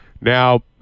Now